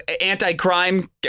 anti-crime